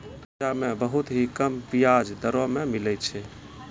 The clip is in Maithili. विद्यार्थी के कर्जा मे बहुत ही कम बियाज दरों मे मिलै छै